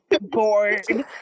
bored